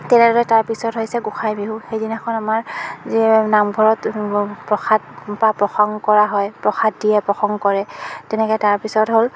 তাৰ পিছত হৈছে গোসাঁই বিহু সেইদিনাখন আমাৰ যিয়ে নামঘৰত প্ৰসাদ বা প্ৰসংগ কৰা হয় প্ৰসাদ দিয়ে প্ৰসংগ কৰে তেনেকৈ তাৰ পিছত হ'ল